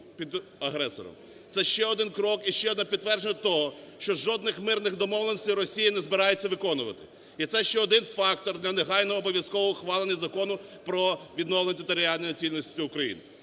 Це ще один крок і ще одне підтвердження того, що жодних мирних домовленостей Росія не збирається виконувати. І це ще один фактор для негайного обов'язкового ухвалення Закону про відновлення територіальної цілісності України.